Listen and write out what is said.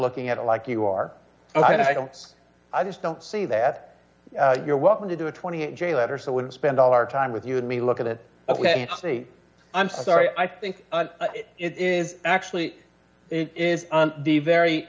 looking at it like you are so i don't i just don't see that you're welcome to do a twenty eight day letter so i wouldn't spend all our time with you and me look at it ok say i'm sorry i think it is actually it is the very